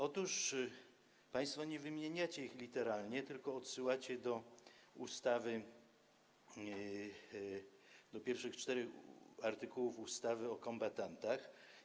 Otóż państwo nie wymieniacie ich literalnie, tylko odsyłacie do pierwszych czterech artykułów ustawy o kombatantach.